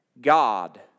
God